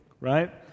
right